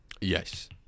Yes